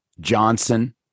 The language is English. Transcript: Johnson